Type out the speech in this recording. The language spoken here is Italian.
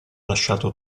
lasciato